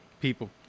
people